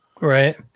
Right